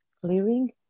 clearing